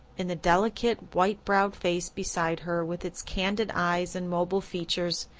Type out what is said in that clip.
in the delicate, white-browed face beside her, with its candid eyes and mobile features,